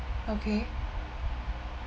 okay